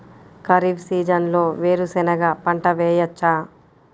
ఖరీఫ్ సీజన్లో వేరు శెనగ పంట వేయచ్చా?